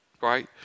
Right